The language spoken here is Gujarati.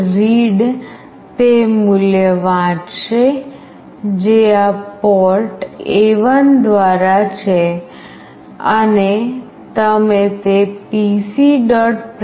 read તે મૂલ્ય વાંચશે જે આ પોર્ટ A1 દ્વારા છે અને તમે તે pc